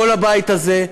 כל הבית הזה,